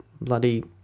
bloody